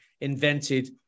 invented